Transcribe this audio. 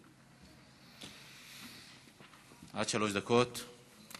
עד שלוש דקות.